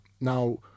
Now